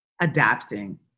adapting